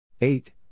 eight